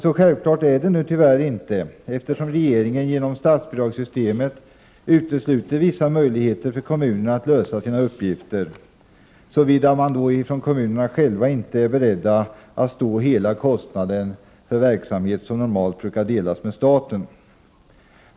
Så självklart är det nu tyvärr inte, eftersom regeringen genom statsbidragssystemet utesluter vissa möjligheter för kommunerna att utföra sina uppgifter, såvida kommunerna inte själva är beredda att stå för hela kostnaden för verksamheter som normalt brukar delas med staten.